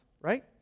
right